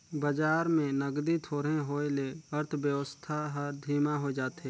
बजार में नगदी थोरहें होए ले अर्थबेवस्था हर धीमा होए जाथे